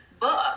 book